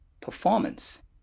performance